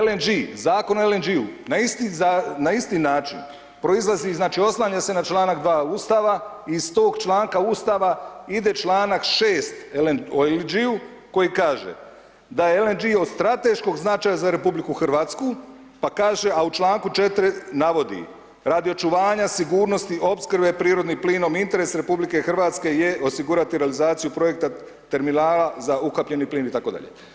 LNG, Zakon o LNG-u na isti način proizlazi, znači oslanja se na članak 2. Ustava iz tog članka Ustava ide članak 6. o LNG-u koji kaže, da je LNG od strateškog značaja za RH pa kaže, a u članku 4. navodi, radi očuvanja sigurnosti opskrbe prirodnim plinom interes RH je osigurati realizaciju projekta terminala za ukapljeni plin itd.